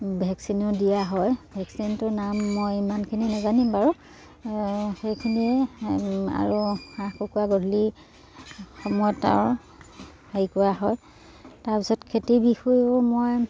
ভেকচিনো দিয়া হয় ভেকচিনটোৰ নাম মই ইমানখিনি নেজানিম বাৰু সেইখিনিয়ে আৰু হাঁহ কুকুৰা গধূলি সময়ত আৰু হেৰি কৰা হয় তাৰপিছত খেতি বিষয়েও মই